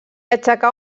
aixecà